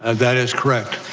ah that is correct.